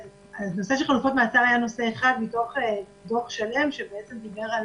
הנושא של חלופות מאסר היה נושא אחד מתוך דוח שלם שדיבר על